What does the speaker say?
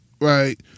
right